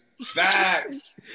facts